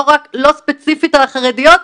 לא ספציפית על החרדיות,